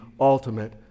ultimate